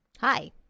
Hi